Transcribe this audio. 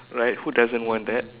right who doesn't want that